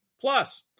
plus